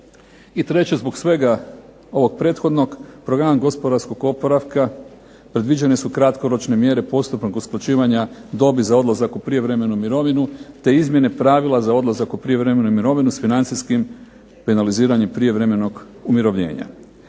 treće, zbog svega ovog prethodnog program gospodarskog oporavka predviđene su kratkoročne mjere postupnog usklađivanja dobi za odlazak u prijevremenu mirovinu te izmjene pravila za odlazak u prijevremenu mirovinu s financijskim finaliziranjem prijevremenog umirovljenja.